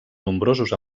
nombrosos